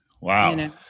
Wow